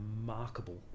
remarkable